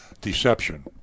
deception